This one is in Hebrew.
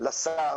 לשר